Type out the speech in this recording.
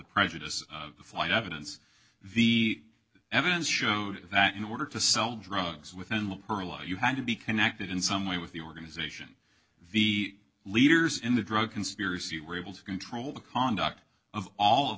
prejudice of flight evidence the evidence showed that in order to sell drugs within will you had to be connected in some way with the organization the leaders in the drug conspiracy were able to control the conduct of all of